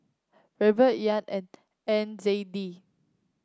Ruble Yuan and N Z D